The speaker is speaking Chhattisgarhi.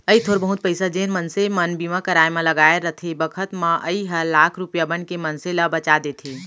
अइ थोर बहुत पइसा जेन मनसे मन बीमा कराय म लगाय रथें बखत म अइ हर लाख रूपया बनके मनसे ल बचा देथे